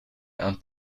and